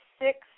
six